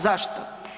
Zašto?